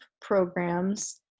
programs